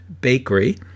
Bakery